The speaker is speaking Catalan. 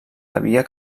havia